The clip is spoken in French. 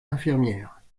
infirmières